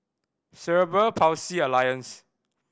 Cerebral Palsy Alliance